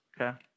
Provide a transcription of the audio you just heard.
Okay